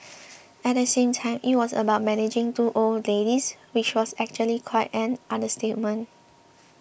at the same time it was about managing two old ladies which was actually quite an understatement